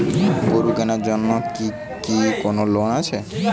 গরু কেনার জন্য কি কোন লোন আছে?